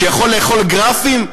שיכול לאכול גרפים?